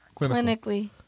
Clinically